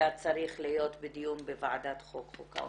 היה צריך להיות בדיון בוועדת החוקה, חוק ומשפט.